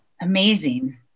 amazing